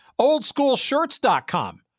OldSchoolShirts.com